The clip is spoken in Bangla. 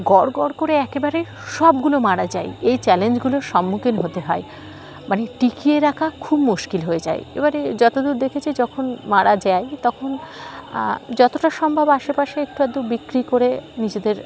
গড় গড় করে একেবারে সবগুলো মারা যায় এই চ্যালেঞ্জগুলোর সম্মুখীন হতে হয় মানে টিকিয়ে রাখা খুব মুশকিল হয়ে যায় এবারে যতদূর দেখেছি যখন মারা যায় তখন যতটা সম্ভব আশেপাশে একটু আধটু বিক্রি করে নিজেদের